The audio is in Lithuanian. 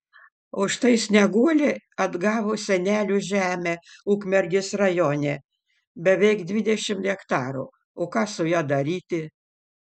o štai snieguolė atgavo senelių žemę ukmergės rajone beveik dvidešimt hektarų o ką su ja daryti